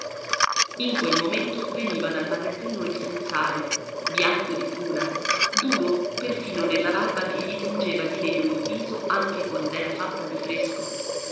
in quel momento veniva dal magazzino il sensale bianco di pula duro perfino nella barba che gli tingeva di nero il viso anche quand'era fatta di fresco